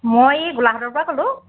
মই গোলাঘাটৰ পৰা ক'লোঁ